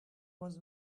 was